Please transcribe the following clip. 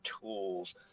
tools